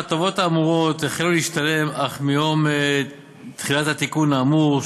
ההטבות האמורות החלו להשתלם אך מיום תחילת התיקון האמור,